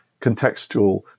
contextual